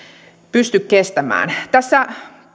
pysty kestämään tässä